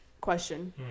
question